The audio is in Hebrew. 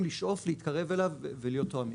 לשאוף להתקרב אליו ולהיות תואמים.